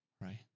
Right